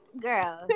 girls